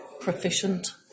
proficient